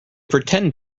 pretend